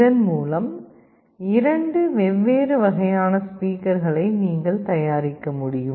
இதன் மூலம் இரண்டு வெவ்வேறு வகையான ஸ்பீக்கர்களை நீங்கள் தயாரிக்க முடியும்